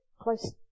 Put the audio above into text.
close